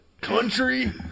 country